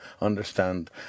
understand